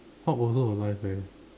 Hulk also alive eh